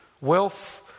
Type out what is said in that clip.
wealth